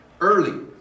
early